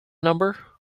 number